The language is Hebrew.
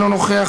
אינו נוכח,